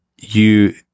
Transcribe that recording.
you-